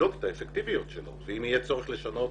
נבדוק את האפקטיביות שלו ואם יהיה צורך לשנות